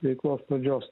veiklos pradžios